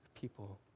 people